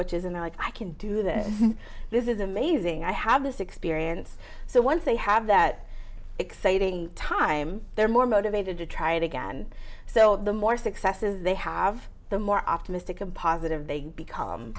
the i can do this this is amazing i have this experience so once they have that exciting time they're more motivated to try it again so the more successes they have the more optimistic and positive they become